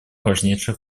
важнейших